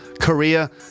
Korea